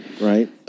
Right